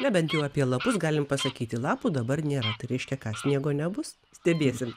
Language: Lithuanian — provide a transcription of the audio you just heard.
na bent jau apie lapus galim pasakyti lapų dabar nėra tai reiškia ką sniego nebus stebėsim